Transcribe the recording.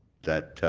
that